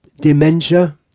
dementia